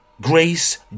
grace